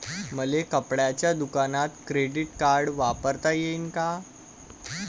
मले कपड्याच्या दुकानात क्रेडिट कार्ड वापरता येईन का?